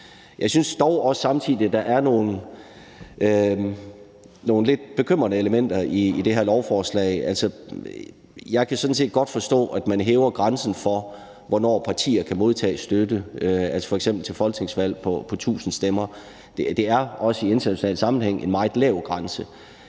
Jeg synes dog også samtidig, at der er nogle lidt bekymrende elementer i det her lovforslag. Jeg kan sådan set godt forstå, at man hæver grænsen for, hvornår partier kan modtage støtte, og det er f.eks. til folketingsvalg på 1.000 stemmer. Det er også i international sammenhæng en meget lav grænse.